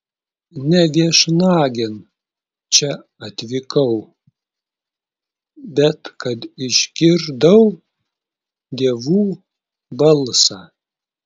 ne viešnagėn čia atvykau bet kad išgirdau dievų balsą